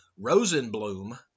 Rosenblum